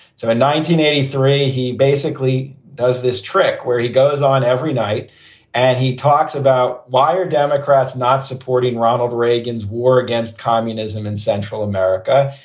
so in nineteen eighty three, he basically does this trick where he goes on every night and he talks about why are democrats not supporting ronald reagan's war against communism in central america?